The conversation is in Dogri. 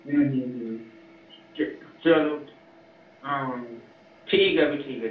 चलो आं ठीक ऐ भी ठीक ऐ